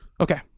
okay